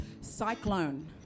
cyclone